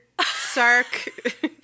Sark